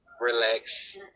relax